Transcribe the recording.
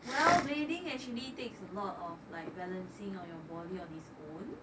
well blading actually takes a lot of like balancing on your body on its own